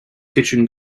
kitchen